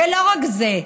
ולא רק זה,